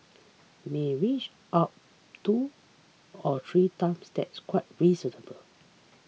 may inch up two or three times that's quite reasonable